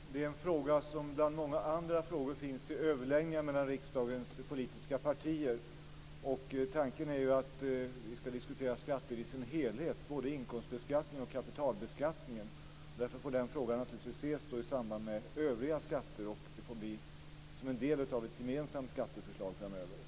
Fru talman! Det är en fråga som bland många andra behandlas i överläggningar mellan riksdagens politiska partier. Tanken är ju att vi skall diskutera skatterna som helhet, både inkomstbeskattning och kapitalbeskattning. Därför får den frågan naturligtvis ses i samband med övriga skatter. Den får behandlas som en del av ett gemensamt skatteförslag framöver.